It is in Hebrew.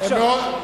אדוני היושב-ראש,